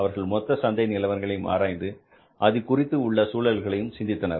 அவர்கள் மொத்த சந்தை நிலவரங்களையும் ஆராய்ந்து அதுகுறித்து உள்ள சூழல்களையும் சிந்தித்தனர்